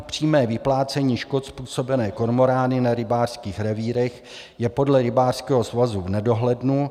Přímé vyplácení škod způsobené kormorány na rybářských revírech je podle rybářského svazu v nedohlednu.